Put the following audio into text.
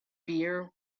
beer